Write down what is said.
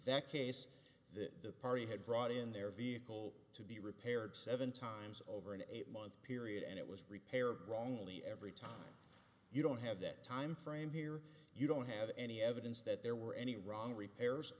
that case the party had brought in their vehicle to be repaired seven times over an eight month period and it was repair or wrongly every time you don't have that time frame here you don't have any evidence that there were any wrong repairs